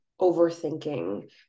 overthinking